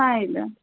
ಹಾಂ ಇಲ್ಲ